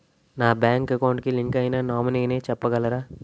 నా bank account కి link అయినా నామినీ చెప్పగలరా?